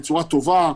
בצורה טובה,